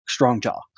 Strongjaw